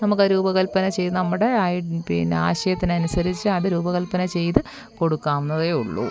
നമുക്കത് രൂപകൽപ്പന ചെയ്ത് നമ്മുടെ ആയി പിന്നെ ആശയത്തിനനുസരിച്ച് അത് രൂപകൽപ്പന ചെയ്ത് കൊടുക്കാം എന്നതെ ഉള്ളു